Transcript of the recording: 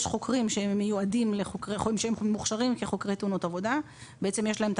יש חוקרים שמוכשרים כחוקרי תאונות עבודה ויש להם את